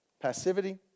Passivity